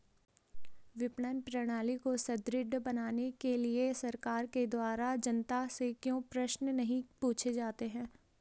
विपणन प्रणाली को सुदृढ़ बनाने के लिए सरकार के द्वारा जनता से क्यों प्रश्न नहीं पूछे जाते हैं?